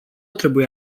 trebuie